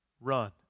run